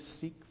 seek